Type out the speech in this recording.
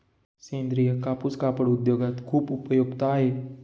सेंद्रीय कापूस कापड उद्योगात खूप उपयुक्त आहे